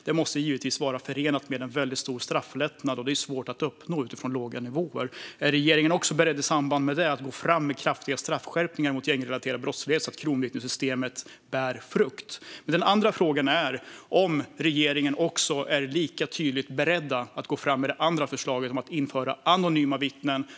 Detta måste givetvis vara förenat med en stor strafflättnad, och det är svårt att uppnå med låga nivåer. Är regeringen också beredd att gå fram med kraftiga straffskärpningar för gängrelaterad brottlighet så att kronvittnessystemet kan bära frukt? Är regeringen lika tydligt beredd att gå fram med förslaget om anonyma vittnen?